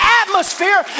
atmosphere